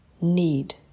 need